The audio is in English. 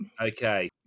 Okay